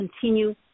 continue